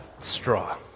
straw